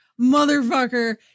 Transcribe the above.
motherfucker